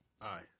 Aye